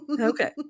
Okay